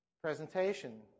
presentation